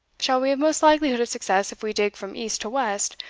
shall we have most likelihood of success if we dig from east to west,